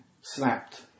slapped